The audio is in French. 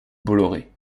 bolloré